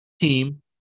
team